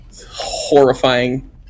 Horrifying